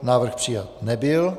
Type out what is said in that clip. Návrh přijat nebyl.